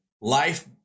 Life